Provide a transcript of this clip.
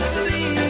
see